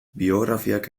biografiak